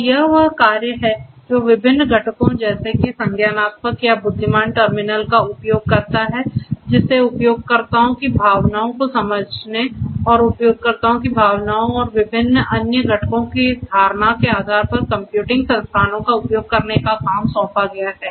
तो यह वह कार्य है जो विभिन्न घटकों जैसे कि संज्ञानात्मक या बुद्धिमान टर्मिनल का उपयोग करता है जिसे उपयोगकर्ताओं की भावनाओं को समझने और उपयोगकर्ताओं की भावनाओं और विभिन्न अन्य घटकों की धारणा के आधार पर कंप्यूटिंग संसाधनों का उपयोग करने का काम सौंपा गया है